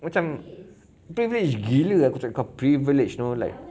macam privileged gila aku cakap privileged you know